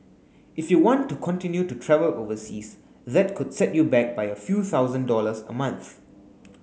if you want to continue to travel overseas that could set you back by a few thousand dollars a month